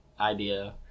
idea